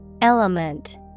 Element